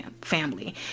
family